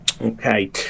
okay